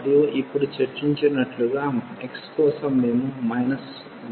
మరియు ఇప్పుడు చర్చించినట్లుగా x కోసం మేము 1 నుండి 2 వరకు తీసుకుంటాము